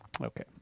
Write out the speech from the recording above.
Okay